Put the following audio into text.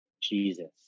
Jesus